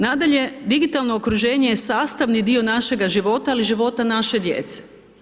Nadalje, digitalno okruženje je sastavni dio našega života ali i života naše djece.